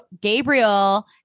Gabriel